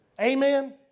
Amen